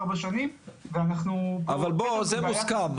ארבע שנים ואנחנו --- אבל זה מוסכם.